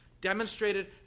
demonstrated